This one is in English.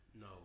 No